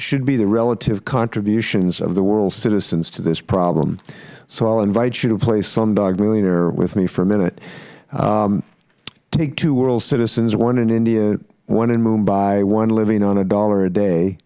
should be the relative contributions of the world's citizens to this problem so i will invite you to play slumdog millionaire with me for a minute take two world citizens one in india one in mumbai one living on a dollar a day